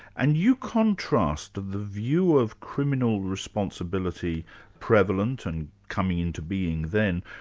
and you contrast the view of criminal responsibility prevalent and coming into being then,